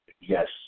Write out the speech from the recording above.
yes